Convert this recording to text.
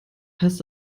heißt